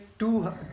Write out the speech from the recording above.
Two